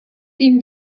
ihm